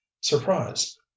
Surprised